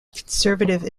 conservative